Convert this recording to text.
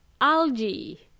algae